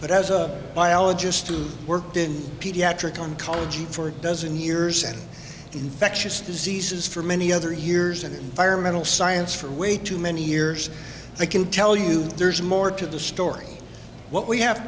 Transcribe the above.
but as a biologist who worked in pediatric oncology for a dozen years and infectious diseases for many other years and our mental science for way too many years i can tell you there's more to the story what we have